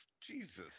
Jesus